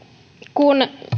kun